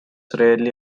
rarely